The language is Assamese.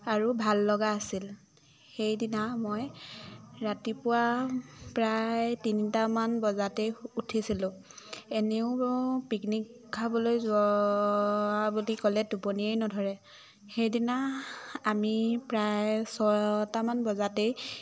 আৰু ভাল লগা আছিল সেইদিনা মই ৰাতিপুৱা প্ৰায় তিনিটামান বজাতেই উঠিছিলোঁ এনেও পিকনিক খাবলৈ যোৱা বুলি ক'লে টুপনিয়ে নধৰে সেইদিনা আমি প্ৰায় ছটামান বজাতেই